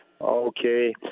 Okay